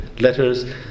letters